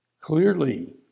Clearly